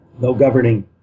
no-governing